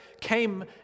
came